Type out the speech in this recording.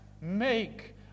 make